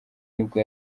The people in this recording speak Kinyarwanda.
nibwo